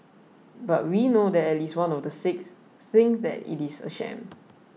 but we know that at least one of the six thinks that it is a sham